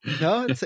No